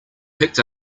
picked